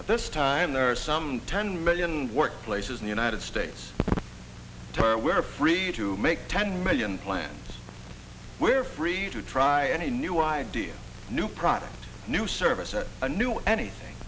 at this time there are some ten million workplaces the united states where free to make ten million plants we're free to try any new ideas new product new service a new anything